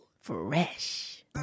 Fresh